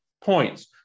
points